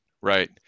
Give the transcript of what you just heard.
Right